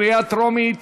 קריאה טרומית,